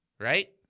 right